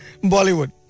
Bollywood